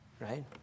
Right